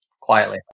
quietly